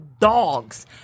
dogs